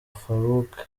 farouk